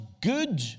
good